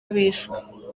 bishwe